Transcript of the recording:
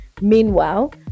meanwhile